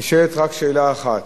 נשאלת רק שאלה אחת,